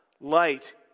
light